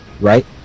right